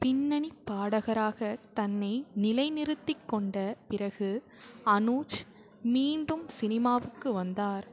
பின்னணிப் பாடகராகத் தன்னை நிலைநிறுத்திக் கொண்ட பிறகு அனுஜ் மீண்டும் சினிமாவுக்கு வந்தார்